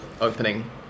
opening